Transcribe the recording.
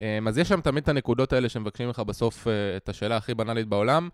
אז יש שם תמיד את הנקודות האלה שהם מבקשים לך בסוף את השאלה הכי בנאלית בעולם